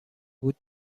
بود